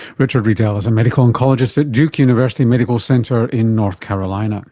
richard riedel is a medical oncologist at duke university medical center in north carolina